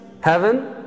heaven